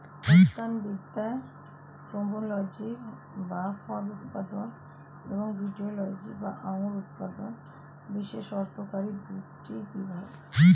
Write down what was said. উদ্যানবিদ্যায় পোমোলজি বা ফল উৎপাদন এবং ভিটিলজি বা আঙুর উৎপাদন বিশেষ অর্থকরী দুটি বিভাগ